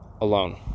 alone